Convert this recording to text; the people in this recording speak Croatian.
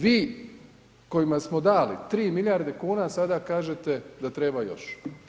Vi kojima smo dali 3 milijarde kuna sada kažete da treba još.